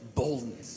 boldness